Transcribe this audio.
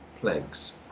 plagues